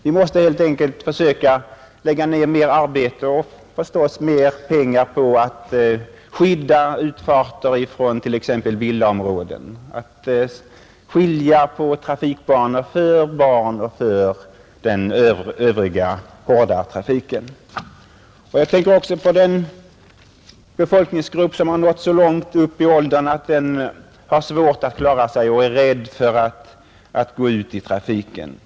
Vi måste helt enkelt lägga ner mera arbete och mera pengar, t.ex. på att skydda utfarter från villaområden och på skilda trafikbanor för barn och den övriga trafiken. Jag tänker också på den befolkningsgrupp som nått så långt upp i ålder att den har svårt att klara sig och är rädd för att gå ut i trafiken.